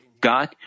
God